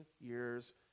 years